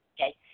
Okay